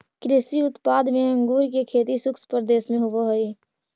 कृषि उत्पाद में अंगूर के खेती शुष्क प्रदेश में होवऽ हइ